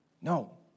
No